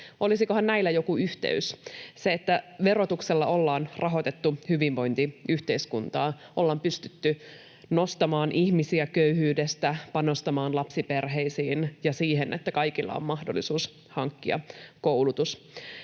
Olisikohan näillä joku yhteys? Verotuksella ollaan rahoitettu hyvinvointiyhteiskuntaa, ollaan pystytty nostamaan ihmisiä köyhyydestä, panostamaan lapsiperheisiin ja siihen, että kaikilla on mahdollisuus hankkia koulutus.